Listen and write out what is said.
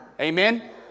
Amen